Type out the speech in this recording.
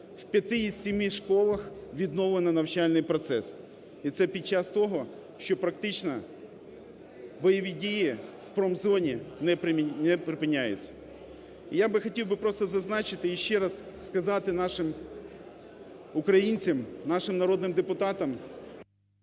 В 5-ти із 7 школах відновлено навчальний процес. І це під час того, що практично бойові дії в промзоні не припиняються. Я би хотів просто зазначити і ще раз сказати нашим українцям, нашим народним депутатам…